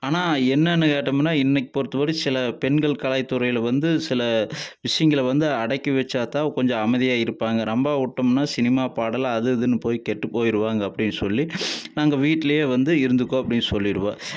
ஆனால் என்னன்னு கேட்டோமுனா இன்னைக்கு பொறுத்தபடி சில பெண்கள் கலைதுறையில் வந்து சில விஷயங்கள வந்து அடக்கி வைச்சா தான் கொஞ்சம் அமைதியாக இருப்பாங்க ரொம்ப விட்டோம்னா சினிமா பாடல் அது இதுனு போய் கெட்டுப் போயிடுவாங்க அப்படின்னு சொல்லி நாங்கள் வீட்லேயே வந்து இருந்துக்க அப்படினு சொல்லிவிடுவோம்